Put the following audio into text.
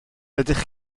ydych